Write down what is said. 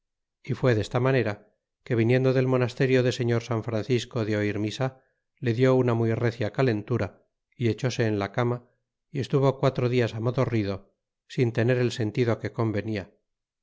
y fué desta manera que viniendo del monasterio de señor san francisco de oir misa le dió una muy recia calentura y echse en la cama y estuvo quatro dias amodorrido sin tener el sentido que convenia